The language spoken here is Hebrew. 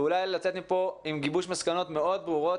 ואולי לצאת מפה עם גיבוש מסקנות מאוד ברורות,